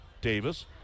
Davis